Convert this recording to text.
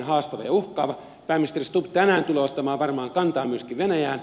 pääministeri stubb tänään tulee ottamaan varmaan kantaa myöskin venäjään